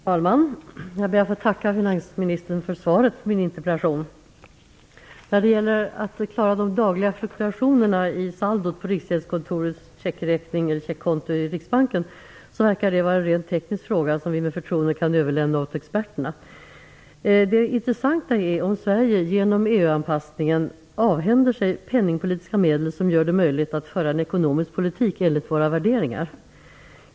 Fru talman! Jag ber att få tacka finansministern för svaret på min interpellation. När det gäller att klara de dagliga fluktuationerna i saldot på Riksgäldskontorets checkräkning i Riksbanken verkar det vara en rent teknisk fråga som vi med förtroende kan kan överlämna åt experterna. Det intressanta är om Sverige genom EU anpassningen avhänder sig penningpolitiska medel som gör det möjligt att föra en ekonomisk politik enligt våra värderingar.